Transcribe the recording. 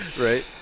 Right